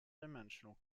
dimensional